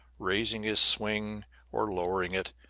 raising his swing or lowering it,